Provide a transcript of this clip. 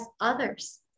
others